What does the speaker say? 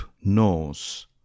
knows